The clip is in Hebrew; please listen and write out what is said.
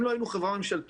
אם לא היינו חברה ממשלתית,